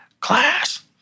Class